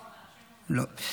לא.